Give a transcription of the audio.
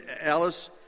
Alice